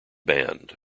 band